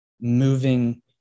moving